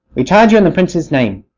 we charge you in the prince's name,